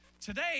Today